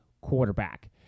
quarterback